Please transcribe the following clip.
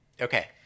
Okay